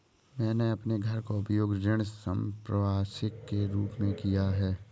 मैंने अपने घर का उपयोग ऋण संपार्श्विक के रूप में किया है